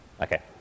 Okay